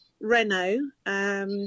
Renault